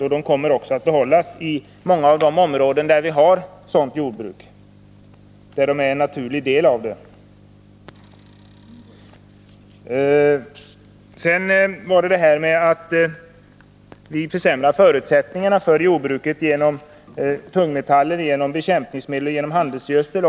De kommer i varje fall att behållas i många jordbruksområden där de ingår som en naturlig del. Sedan var det detta med att vi försämrar förutsättningarna för jordbruket genom tungmetaller, genom bekämpningsmedel och genom handelsgödsel.